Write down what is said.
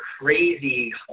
crazy